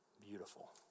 beautiful